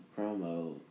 Promo